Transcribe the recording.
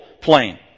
plane